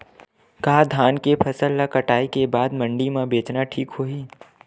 का धान के फसल ल कटाई के बाद मंडी म बेचना ठीक होही?